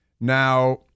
Now